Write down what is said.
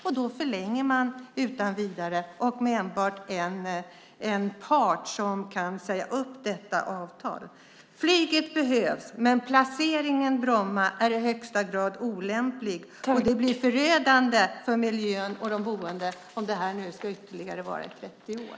Men man förlänger utan vidare avtalet och med enbart en part som kan säga upp detta avtal. Flyget behövs. Men placeringen av Bromma flygplats är i högsta grad olämplig. Det vore förödande för miljön och de boende om det ska vara i ytterligare 30 år.